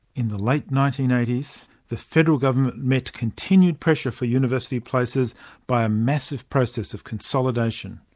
in the late nineteen eighty s the federal government met continued pressure for university places by a massive process of consolidation.